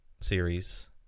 series